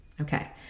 Okay